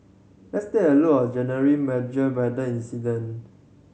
let's take a look at January major weather incident